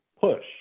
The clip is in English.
push